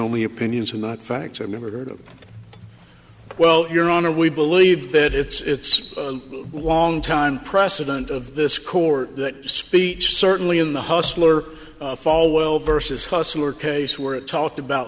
only opinions and not facts i've never heard of well your honor we believe that it's a long time precedent of this court that speech certainly in the hustler falwell vs hustler case where it talked about